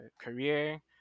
career